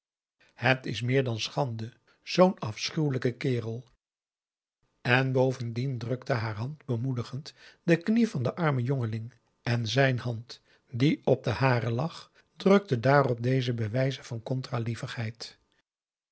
het is meer dan schande zoo'n afschuwelijke kerel en bovendien drukte haar hand bemoedigend de knie van den armen jongeling en zijn hand die op de hare lag drukte daarop deze bijwijze van